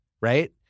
right